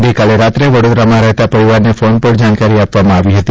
ગઇકાલે રાત્રે વડોદરામાં રહેતા પરિવારને ફોન પર જાણકારી આપવામાં આવી હતી